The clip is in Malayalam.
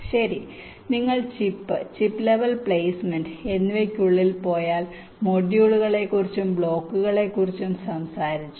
ശരി നിങ്ങൾ ചിപ്പ് ചിപ്പ് ലെവൽ പ്ലെയ്സ്മെന്റ് എന്നിവയ്ക്കുള്ളിൽ പോയാൽ മൊഡ്യൂളുകളെക്കുറിച്ചും ബ്ലോക്കുകളെക്കുറിച്ചും സംസാരിച്ചു